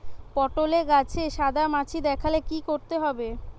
পটলে গাছে সাদা মাছি দেখালে কি করতে হবে?